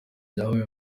byabaye